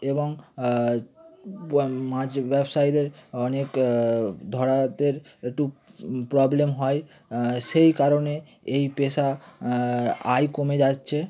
এবং মাছ ব্যবসায়ীদের অনেক ধরাতে একটু প্রবলেম হয় সেই কারণে এই পেশায় আয় কমে যাচ্ছে